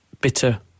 Bitter